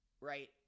right